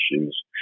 issues